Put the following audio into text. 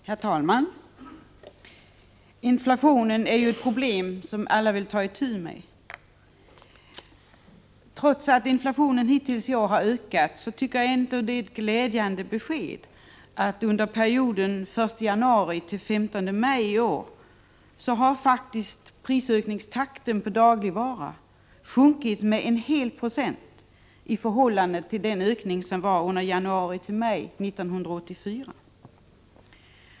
Herr talman! Inflationen är ju ett problem som alla vill ta itu med. Trots att inflationen hittills i år har ökat tycker jag ändå att det är ett glädjande besked att under perioden från den 1 januari till den 15 maj i år har faktiskt prisökningen på dagligvaror sjunkit med en hel procent i förhållande till den ökning som skedde under tiden januari-maj 1984.